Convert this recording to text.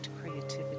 Creativity